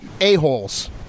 a-holes